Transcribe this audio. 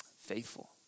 faithful